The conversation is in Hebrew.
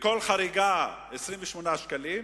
וכל חריגה, 28 שקלים,